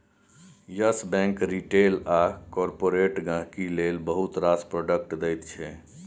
yes Bank retail आ corporate गांहिकी लेल बहुत रास प्रोडक्ट दैत छै